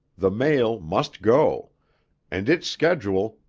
the mail must go and its schedule,